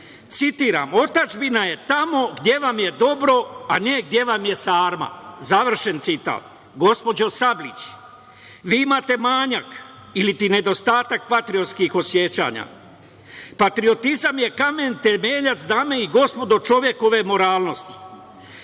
citiram: „Otadžbina je tamo gde vam je dobro, a ne gde vam je sarma“, završen citat. Gospođo Sablić, vi imate manjak ili ti nedostatak patriotskih osećanja. Patriotizam je kamen temeljac, dame i gospodo, čovekove moralnosti.